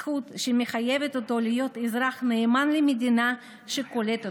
זכות שמחייבת אותו להיות אזרח נאמן למדינה שקולטת